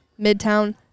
Midtown